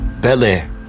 Bel-Air